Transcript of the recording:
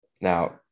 Now